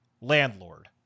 landlord